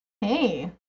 Hey